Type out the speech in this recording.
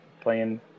Playing